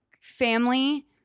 Family